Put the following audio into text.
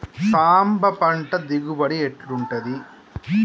సాంబ పంట దిగుబడి ఎట్లుంటది?